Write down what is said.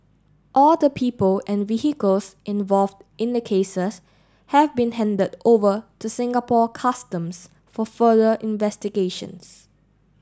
all the people and vehicles involved in the cases have been handed over to Singapore Customs for further investigations